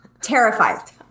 Terrified